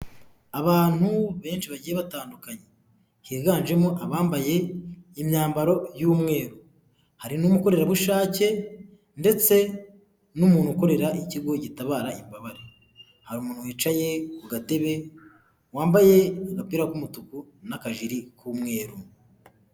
Abantu benshi bagiye batandukanye higanjemo abambaye imyambaro y'umweru, hari n'umukorerabushake ndetse n'umuntu ukorera ikigo gitabara imbabare, hari umuntu wicaye ku gatebe wambaye agapira k'umutuku n'akajiri k'umweru.